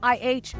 IH